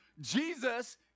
Jesus